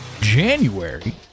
January